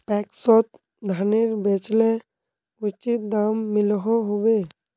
पैक्सोत धानेर बेचले उचित दाम मिलोहो होबे?